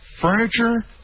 furniture